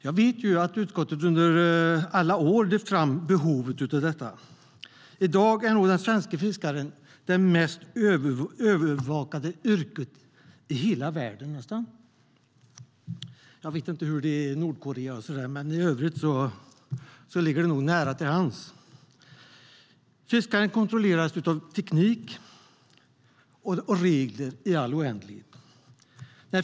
Jag vet att utskottet under alla år har lyft fram behovet av detta. Svenska fiskare har nog det mest övervakade yrket i nästan hela världen i dag. Jag vet inte hur det är i Nordkorea och så där, men i övrigt ligger det nära till hands. Fiskaren kontrolleras av teknik och regler i all oändlighet.